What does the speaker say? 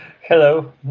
Hello